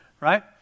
right